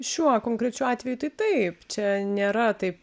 šiuo konkrečiu atveju tai taip čia nėra taip